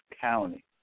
County